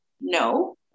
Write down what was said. No